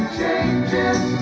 changes